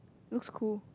looks cool